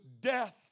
death